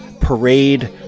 parade